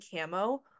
camo